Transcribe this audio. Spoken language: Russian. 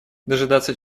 дожидаться